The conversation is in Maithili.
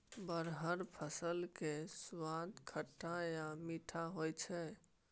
बरहर फल केर सुआद खट्टा आ मीठ होइ छै